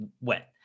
wet